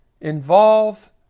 involve